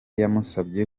yamusabye